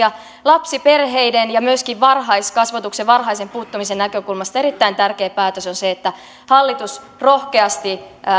lapsiperheiden ja myöskin varhaiskasvatuksen varhaisen puuttumisen näkökulmasta erittäin tärkeä päätös on se että hallitus rohkeasti